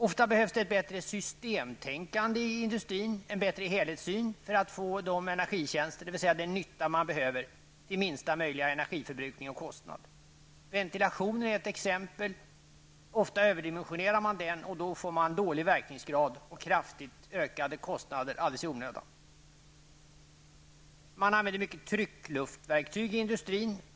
Ofta behövs det ett bättre systemtänkande inom industrin, en bättre helhetssyn, för att få de energitjänster, dvs. den nytta man behöver, till minsta möjliga energiförbrukning och kostnad. Ventilation är ett exempel. Ofta överdimensioneras den, och då får man dålig verkningsgrad och kraftigt ökade kostnader alldeles i onödan. Man använder mycket tryckluftsverktyg inom industrin.